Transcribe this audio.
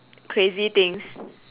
crazy things